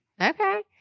Okay